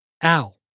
Al